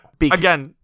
Again